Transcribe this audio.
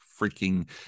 freaking